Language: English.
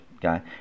guy